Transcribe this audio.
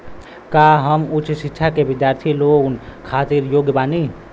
का हम उच्च शिक्षा के बिद्यार्थी लोन खातिर योग्य बानी?